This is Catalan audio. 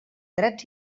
drets